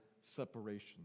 separation